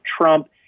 Trump